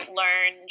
learn